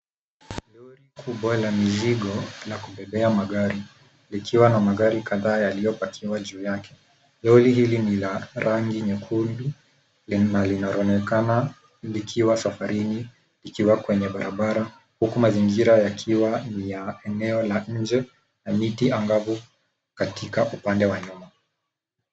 Lori kubwa la mizigo la kubebea magari likiwa na magari kadhaa yaliyopakiwa juu yake. Lori hili ni la rangi nyekundu na linaonekana likiwa safarini likiwa kwenye barabara huku mazingira yakiwa ni ya eneo la nje na miti angavu katika upande wa nyuma.